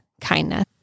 kindness